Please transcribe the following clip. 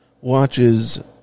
Watches